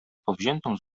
powziętą